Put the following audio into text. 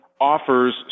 offers